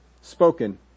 spoken